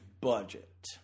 budget